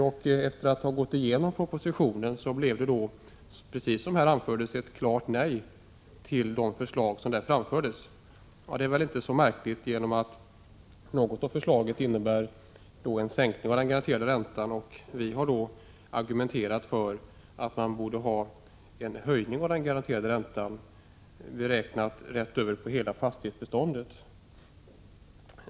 Efter det att vi hade gått igenom propositionen, blev det, precis som här har anförts, ett klart nej till de förslag som där framfördes. Detta är väl inte så märkligt, med tanke på att något av förslagen innebär en sänkning av den garanterade räntan och att vi har argumenterat för en höjning av den garanterade räntan, räknat rätt över hela fastighetsbeståndet.